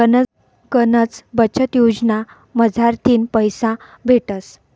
गनच बचत योजना मझारथीन पैसा भेटतस